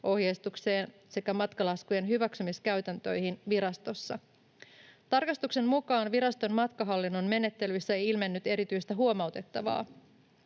ohjeistukseen sekä matkalaskujen hyväksymiskäytäntöihin virastossa. Tarkastuksen mukaan viraston matkahallinnon menettelyissä ei ilmennyt erityistä huomautettavaa.